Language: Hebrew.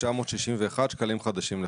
עד (4)